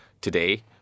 today